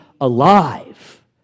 alive